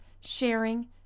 sharing